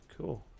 cool